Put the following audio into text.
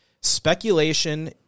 Speculation